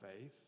faith